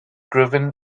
driven